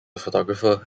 photographer